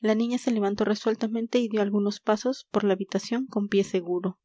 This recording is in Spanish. la niña se levantó resueltamente y dio algunos pasos por la habitación con pie seguro